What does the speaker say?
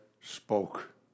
spoke